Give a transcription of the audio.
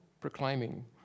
proclaiming